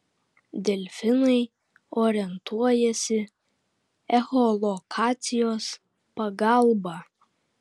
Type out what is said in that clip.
delfinai orientuojasi echolokacijos pagalba